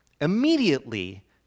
immediately